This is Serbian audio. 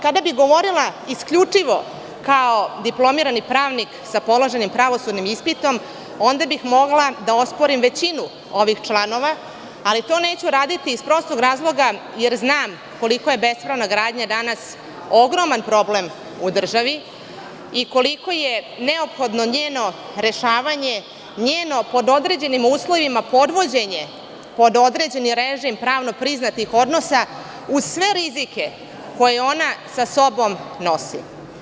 Kada bih govorila isključivo kao diplomirani pravnik sa položenim pravosudnim ispitom, onda bih mogla da osporim većinu ovih članova, ali to neću raditi iz prostog razloga, jer znam koliko je bespravna gradnja danas ogroman problem u državi i koliko je neophodno njeno rešavanje, njeno, pod određenim uslovima, podvođenje pod određeni režim pravno priznatih odnosa, uz sve rizike koje ona sa sobom nosi.